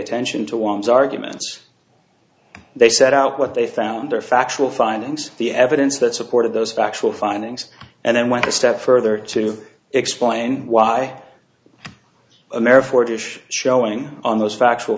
attention to one's arguments they set out what they found are factual findings the evidence that supported those factual findings and then went a step further to explain why america for dish showing on those factual